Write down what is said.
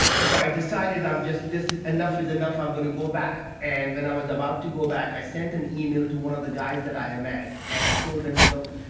so i decided, i'm just, this is enough is enough, i'm going to go back and when i was about to go back, i sent an email to one of the guys that i'd ah met and i told him, look,